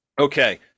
Okay